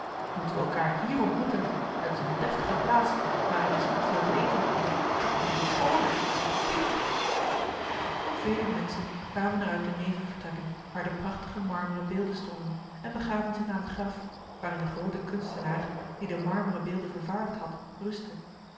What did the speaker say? moeten we elkaar hier ontmoeten het is een deftige plaats maar er is niet veel te eten dat is het schoone piep en vele menschen kwamen er uit de nevenvertrekken waar de prachtige marmeren beelden stonden en begaven zich naar het graf waarin de groote kunstenaar die de marmeren beelden vervaardigd had rustte